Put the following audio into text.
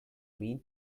been